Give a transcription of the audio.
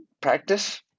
practice